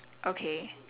okay